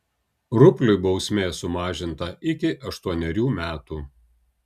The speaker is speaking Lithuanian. rupliui bausmė sumažinta iki aštuonerių metų